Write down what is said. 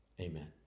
Amen